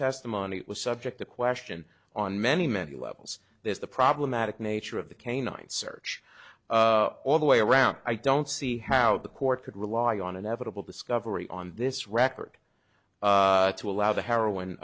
testimony was subject to question on many many levels there's the problematic nature of the canine search all the way around i don't see how the court could rely on inevitable discovery on this record to allow the heroin